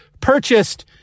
purchased